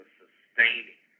sustaining